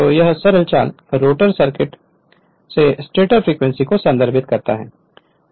तो यह सरल चाल रोटर सर्किट से स्टेटर फ्रीक्वेंसी को संदर्भित करता है